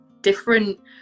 different